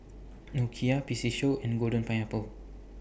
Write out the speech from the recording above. Nokia P C Show and Golden Pineapple